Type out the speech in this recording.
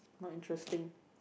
not interesting